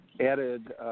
added